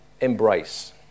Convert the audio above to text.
embrace